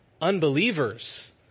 unbelievers